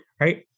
Right